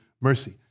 mercy